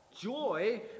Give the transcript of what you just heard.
joy